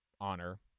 honor